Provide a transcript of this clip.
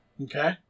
Okay